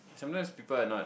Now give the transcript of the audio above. sometimes people are not